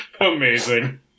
Amazing